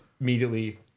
immediately